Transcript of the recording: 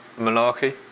malarkey